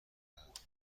دهد